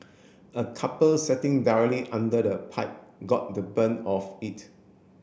a couple setting directly under the pipe got the brunt of it